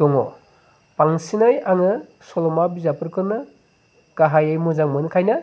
दङ बांसिनै आङो सल'मा बिजाबफोरखौनो गाहायै मोजां मोनोखायनो